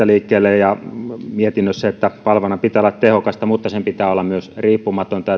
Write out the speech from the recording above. liikkeelle siitä että valvonnan pitää olla tehokasta mutta sen pitää olla myös riippumatonta